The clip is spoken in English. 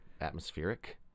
atmospheric